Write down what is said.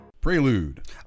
Prelude